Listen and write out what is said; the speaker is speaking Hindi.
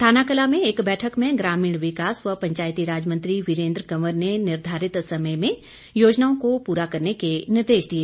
थानाकलां में एक बैठक में ग्रामीण विकास व पंचायतीराज मंत्री वीरेन्द्र कंवर ने निर्धारित समय में योजनाओं को पूरा करने के निर्देश दिए